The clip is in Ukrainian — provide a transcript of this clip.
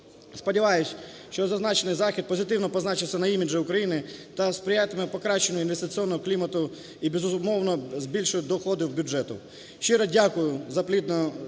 Сподіваюся, що зазначений захід позитивно позначився на іміджі України та сприятиме покращенню інвестиційного клімату і, безумовно, збільшать доходи в бюджет. Щиро дякую за плідну та